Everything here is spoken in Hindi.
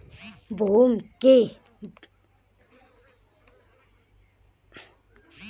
भूमि के सम्पूर्ण उपयोग के लिए सरसो के साथ कौन सी फसल की बुआई कर सकते हैं?